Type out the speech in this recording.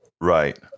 Right